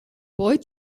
boy